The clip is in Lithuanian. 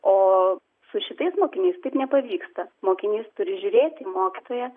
o su šitais mokiniais taip nepavyksta mokinys turi žiūrėti į mokytoją